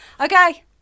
Okay